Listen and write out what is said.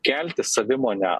kelti savimonę